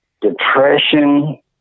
depression